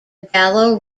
gallo